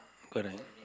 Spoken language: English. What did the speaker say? correct